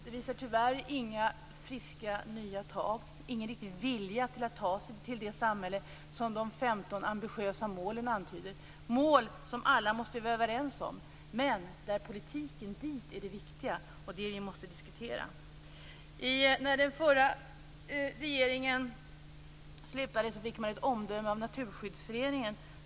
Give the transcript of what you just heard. Det visar tyvärr inga friska, nya tag och ingen riktig vilja att ta sig till det samhälle som de 15 ambitiösa målen antyder. Det är mål som alla måste vara överens om. Men politiken dit är det viktiga. Det är det vi måste diskutera. När den förra regeringen slutade fick den ett omdöme av Naturskyddsföreningen.